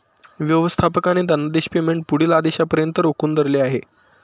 व्यवस्थापकाने धनादेश पेमेंट पुढील आदेशापर्यंत रोखून धरले आहे